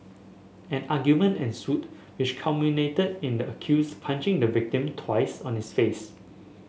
an argument ensued which culminated in the accused punching the victim twice on his face